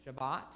Shabbat